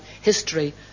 history